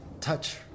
touch